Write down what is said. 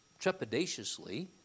trepidatiously